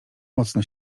mocno